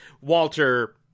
Walter